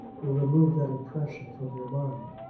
will remove that impression from your mind.